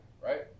right